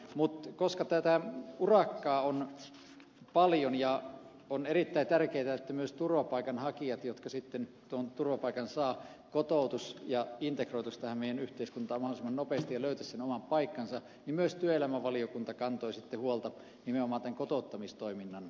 mutta koska tätä urakkaa on paljon ja on erittäin tärkeätä että myös turvapaikanhakijat jotka sitten tuon turvapaikan saavat kotoutuisivat ja integroituisivat tähän meidän yhteiskuntaamme mahdollisimman nopeasti ja löytäisivät sen oman paikkansa niin myös työelämävaliokunta kantoi huolta nimenomaan tämän kotouttamistoiminnan resursseista